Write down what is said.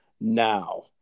now